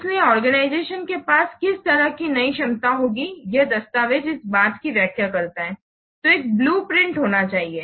इसलिए आर्गेनाईजेशन के पास किस तरह की नई क्षमता होगी यह दस्तावेज इस बात की व्याख्या करता है तो एक ब्लू प्रिंट होना चाहिए